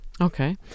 okay